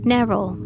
Narrow